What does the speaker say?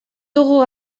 dugu